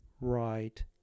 right